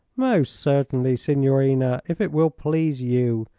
most certainly, signorina, if it will please you,